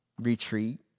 retreat